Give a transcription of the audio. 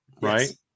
right